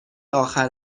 آخر